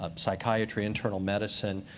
ah psychiatry, internal medicine,